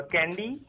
Candy